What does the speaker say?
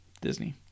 Disney